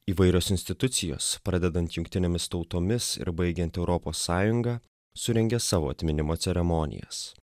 įvairios institucijos pradedant jungtinėmis tautomis ir baigiant europos sąjunga surengė savo atminimo ceremonijas